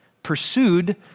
pursued